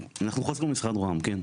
אנחנו משרד רה"מ, כן.